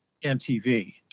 MTV